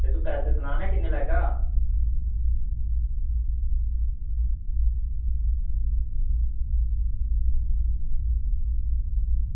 ते तू पैसे सना ना किन्ने लैगा